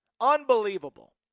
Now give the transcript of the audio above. Unbelievable